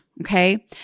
Okay